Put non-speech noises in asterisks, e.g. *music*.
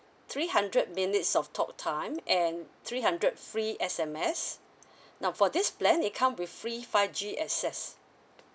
three hundred minutes of talk time and three hundred free S_M_S *breath* now for this plan it come with free five G access